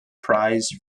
prize